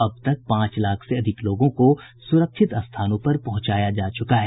अब तक पांच लाख से अधिक लोगों को सुरक्षित स्थानों पर पहुंचाया जा चुका है